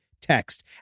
text